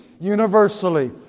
universally